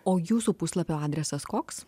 o jūsų puslapio adresas koks